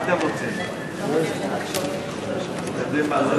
התשס"ט 2009,